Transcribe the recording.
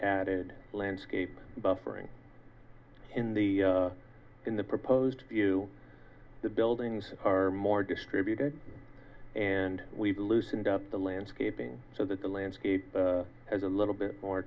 added landscape buffering in the in the proposed view the buildings are more distributed and we've loosened up the landscaping so that the landscape has a little bit more